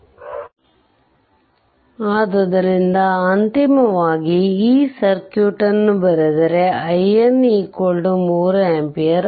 ಮತ್ತು ಮತ್ತು ಅದು ಯಾವಾಗ ಸಮಾನಾಂತರವಾಗಿರುತ್ತದೆ ಆಗ ಎರಡರ ನಡುವೆ ನಾರ್ಟನ್ ಕಂಡುಹಿಡಿಯಲು ಪ್ರಯತ್ನಿಸಲಾಗುತ್ತದೆ ಏಕೆಂದರೆ ಆ ಸಮಯದಲ್ಲಿ ಇದು ಮುಕ್ತವಾಗಿದೆ ಇದು ಸಹ ತೆರೆದಿರುತ್ತದೆ ಮತ್ತು ಇದು 1 ಮತ್ತು 2 ರ ನಡುವೆ ಕಂಡುಹಿಡಿಯಬೇಕು